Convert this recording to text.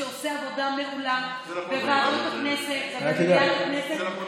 שעושה עבודה מעולה בוועדות הכנסת ובמליאת הכנסת,